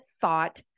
thought